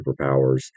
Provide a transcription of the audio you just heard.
superpowers